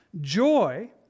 Joy